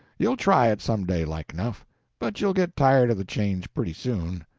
you'll try it, some day, like enough but you'll get tired of the change pretty soon.